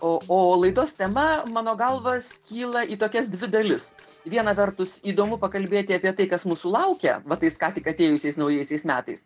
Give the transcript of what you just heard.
o o laidos tema mano galva skyla į tokias dvi dalis viena vertus įdomu pakalbėti apie tai kas mūsų laukia va tais ką tik atėjusiais naujaisiais metais